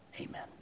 Amen